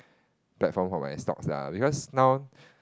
platform for my stocks ah because now